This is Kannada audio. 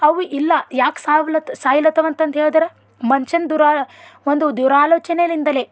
ಅವು ಇಲ್ಲ ಯಾಕೆ ಸಾವ್ಲತ್ ಸಾಯ್ಲತ್ತಾವ ಅಂತ ಅಂದು ಹೇಳದ್ರೆ ಮನ್ಷನ ದುರ ಒಂದು ದುರಾಲೋಚನೆಲಿಂದಲೇ